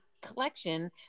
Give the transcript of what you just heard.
collection